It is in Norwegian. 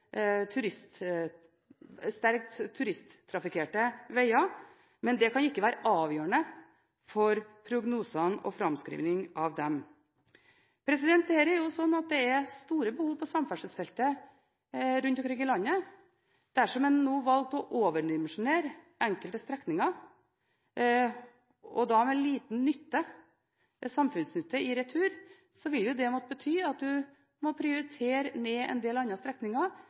sterkt turisttrafikkerte veger, men det kan ikke være avgjørende for prognosene og framskrivingen av dem. Det er slik at det er store behov på samferdselsfeltet rundt omkring i landet. Dersom en nå valgte å overdimensjonere enkelte strekninger, og da med liten samfunnsnytte i retur, vil det måtte bety at du må prioritere ned en del andre strekninger,